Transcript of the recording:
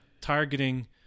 targeting